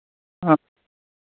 हँ